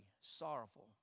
sorrowful